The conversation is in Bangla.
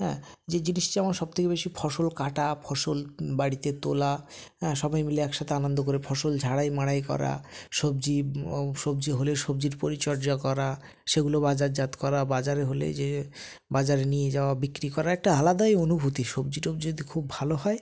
হ্যাঁ যে জিনিসটা আমার সবথেকে বেশি ফসল কাটা ফসল বাড়িতে তোলা হ্যাঁ সবাই মিলে একসাথে আনন্দ করে ফসল ঝাড়াই মাড়াই করা সবজি সবজি হলে সবজির পরিচর্যা করা সেগুলো বাজারজাত করা বাজারে হলে যে বাজারে নিয়ে যাওয়া বিক্রি করা একটা আলাদাই অনুভূতি সবজি টবজি যদি খুব ভালো হয়